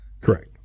Correct